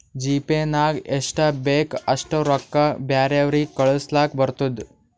GPay ನಾಗ್ ಎಷ್ಟ ಬೇಕ್ ಅಷ್ಟ ರೊಕ್ಕಾ ಬ್ಯಾರೆವ್ರಿಗ್ ಕಳುಸ್ಲಾಕ್ ಬರ್ತುದ್